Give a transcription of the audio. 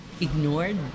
ignored